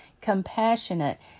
compassionate